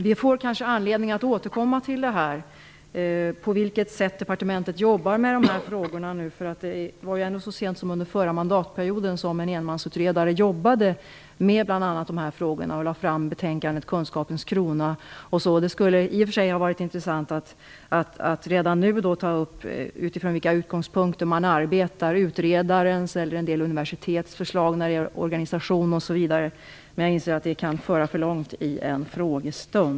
Vi får kanske anledning att återkomma till detta, exempelvis vad gäller på vilket sätt departementet jobbar med dessa frågor. Så sent som under förra mandatperioden jobbade en enmansutredare med bl.a. dessa frågor. Denne person lade fram betänkandet Kunskapens krona. Det skulle ha varit intressant att redan nu ha tagit upp utifrån vilka utgångspunker man arbetar, dvs. om man arbetar utifrån utredarens förslag eller utifrån en del av universitetets förslag när det gäller organisation osv. Men jag inser att en sådan debatt kan föra för långt i en frågestund.